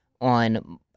on